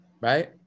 right